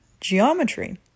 geometry